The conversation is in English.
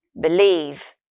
believe